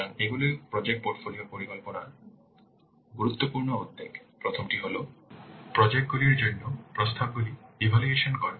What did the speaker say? সুতরাং এগুলি project portfolio পরিচালনার গুরুত্বপূর্ণ উদ্বেগ প্রথমটি হল প্রজেক্ট গুলির জন্য প্রস্তাবগুলি ইভ্যালুয়েশন করা